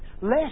less